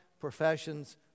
professions